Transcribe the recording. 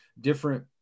different